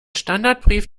standardbrief